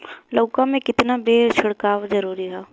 लउका में केतना बेर छिड़काव जरूरी ह?